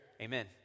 Amen